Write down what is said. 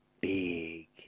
big